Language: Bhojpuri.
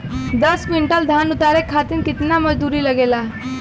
दस क्विंटल धान उतारे खातिर कितना मजदूरी लगे ला?